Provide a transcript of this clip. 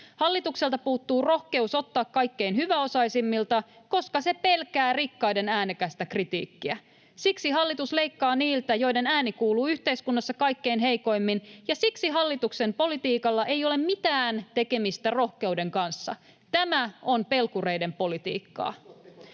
Hallitukselta puuttuu rohkeus ottaa kaikkein hyväosaisimmilta, koska se pelkää rikkaiden äänekästä kritiikkiä. Siksi hallitus leikkaa niiltä, joiden ääni kuuluu yhteiskunnassa kaikkein heikoimmin, ja siksi hallituksen politiikalla ei ole mitään tekemistä rohkeuden kanssa. Tämä on pelkureiden politiikkaa.